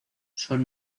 son